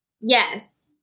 Yes